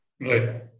Right